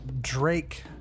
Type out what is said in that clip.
Drake